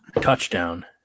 touchdown